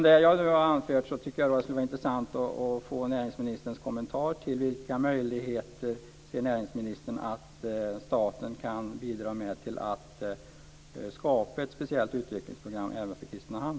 Det skulle vara intressant att få näringsministerns kommentar till vilka möjligheter näringsministern ser att staten kan bidra med för att skapa ett speciellt utvecklingsprogram för Kristinehamn.